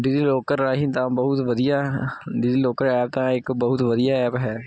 Digi locker ਰਾਹੀਂ ਤਾਂ ਬਹੁਤ ਵਧੀਆ ਡੀਜ਼ੀ ਲੋਕਰ ਐਪ ਤਾਂ ਇੱਕ ਬਹੁਤ ਵਧੀਆ ਐਪ ਹੈ